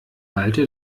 halte